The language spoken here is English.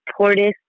portis